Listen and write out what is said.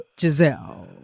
Giselle